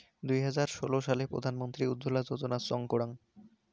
দুই হাজার ষোলো সালে প্রধান মন্ত্রী উজ্জলা যোজনা চং করাঙ